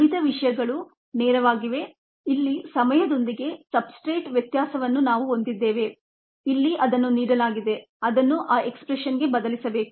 ಉಳಿದ ವಿಷಯಗಳು ನೇರವಾಗಿವೆ ಇಲ್ಲಿ ಸಮಯದೊಂದಿಗೆ ಸಬ್ಸ್ಟ್ರೇಟ್ ವ್ಯತ್ಯಾಸವನ್ನು ನಾವು ಹೊಂದಿದ್ದೇವೆ ಇಲ್ಲಿ ಅದನ್ನುನೀಡಲಾಗಿದೆ ಅದನ್ನು ಆ ಎಕ್ಸ್ಪ್ರೆಶನ್ಗೆ ಬದಲಿಸಬೇಕು